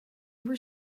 were